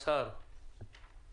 לגבי ההערה של משרד המשפטים,